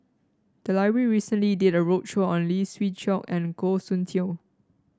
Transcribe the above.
the library recently did a roadshow on Lee Siew Choh and Goh Soon Tioe